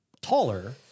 taller